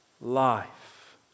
life